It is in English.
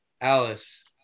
Alice